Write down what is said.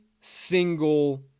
single